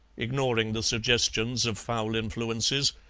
ignoring the suggestions of foul influences.